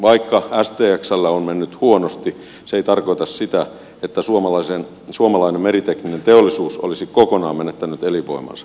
vaikka stxllä on mennyt huonosti se ei tarkoita sitä että suomalainen meritekninen teollisuus olisi kokonaan menettänyt elinvoimansa